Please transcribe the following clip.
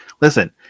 Listen